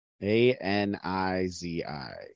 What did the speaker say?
A-N-I-Z-I